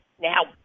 Now